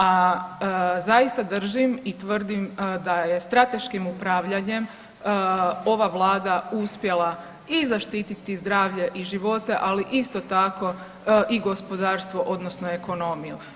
A zaista držim i tvrdim da je strateškim upravljanjem ova Vlada uspjela i zaštititi zdravlje i živote, ali isto tako i gospodarstvo odnosno ekonomiju.